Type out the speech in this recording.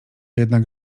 jednak